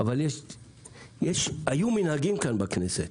אבל היו מנהגים כאן בכנסת.